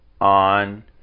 on